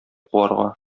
куарга